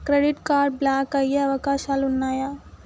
Credit card block అయ్యే అవకాశాలు ఉన్నయా?